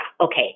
okay